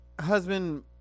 husband